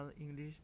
English